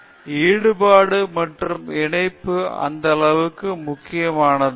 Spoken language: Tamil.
ஈடுபாடு மற்றும் இணைப்பு அந்த அளவு மிகவும் முக்கியமானது ஆர்வமுள்ள மாணவர்கள் தயாராக இருக்க வேண்டும்